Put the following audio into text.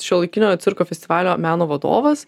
šiuolaikinio cirko festivalio meno vadovas